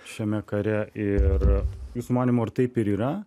šiame kare ir jų sumanymo ir taip ir yra